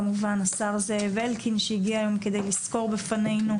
כמובן השר זאב אלקין שהגיע היום כדי לסקור בפנינו,